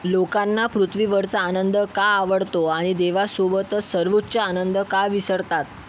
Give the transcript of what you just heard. लोकांना पृथ्वीवरचा आनंद का आवडतो आणि देवासोबतच सर्वोच्च आनंद का विसरतात